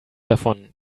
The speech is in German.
davon